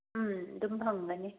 ꯎꯝ ꯑꯗꯨꯝ ꯐꯪꯒꯅꯤ